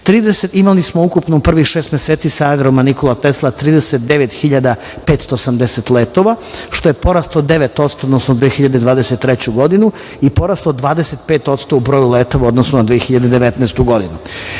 Imali smo ukupno u prvih šest meseci sa aerodroma "Nikola Tesla" 39.580 letova, što je porast od 9% u odnosu na 2023. godinu i porast od 25% u broju letova u odnosu na 2019. godinu. Pre